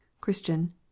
CHRISTIAN